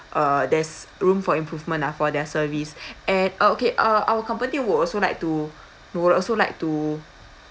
uh there's room for improvement ah for their service and uh okay uh our company will also like to will also like to